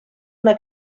una